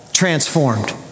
Transformed